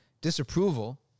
disapproval